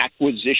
acquisition